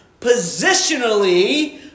Positionally